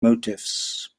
motifs